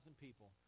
people